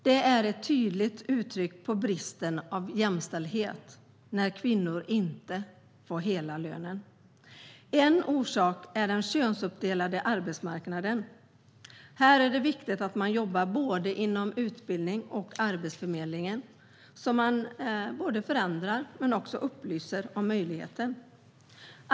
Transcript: Det är ett tydligt uttryck för brist på jämställdhet när kvinnor inte får hela lönen. En orsak är den könsuppdelade arbetsmarknaden. Här är det viktigt att jobba med dessa frågor inom både utbildning och arbetsförmedling för att förändra och upplysa.